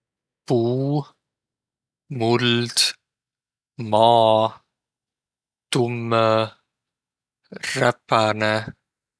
Puu, muld, maa, tummõ, räpäne.